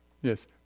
Yes